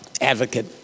advocate